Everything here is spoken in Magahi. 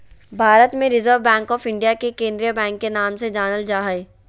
भारत मे रिजर्व बैंक आफ इन्डिया के केंद्रीय बैंक के नाम से जानल जा हय